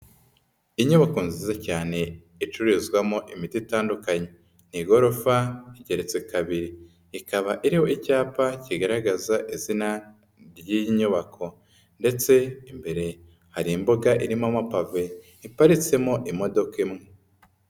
Inyubako nziza cyane icururizwamo imiti itandukanye, igorofa igeretse kabiri, ikaba iriho icyapa kigaragaza izina ry'iyi nyubako ndetse imbere hari imbuga irimo amapave iparitsemo imodoka imwe.